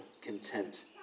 content